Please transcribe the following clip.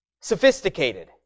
sophisticated